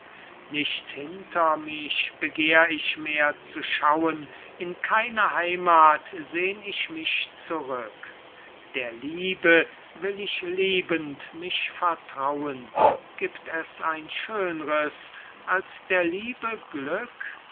nicht hinter mich begehr ich mehr zu schauen in keine heimath sehn ich mich zurück der liebe will ich liebend mich vertrauen gibt es ein schönres als der liebe glück